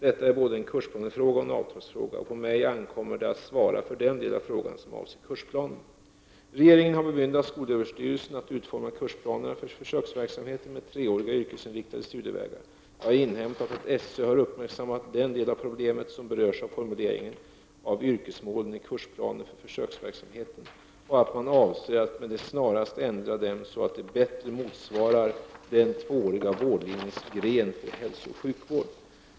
Detta är både en kursplanefråga och en avtalsfråga, och på mig ankommer det att svara för den del av frågan som avser kursplanen. Regeringen har bemyndigat skolöverstyrelsen att utforma kursplanerna för försöksverksamheten med treåriga yrkesinriktade studievägar. Jag har inhämtat att SÖ har uppmärksammat den del av problemet som berörs av formuleringen av yrkesmålen i kursplanen för försöksverksamheten och att man avser att med det snaraste ändra dem så att de bättre motsvarar den tvååriga vårdlinjens gren för hälsooch sjukvård.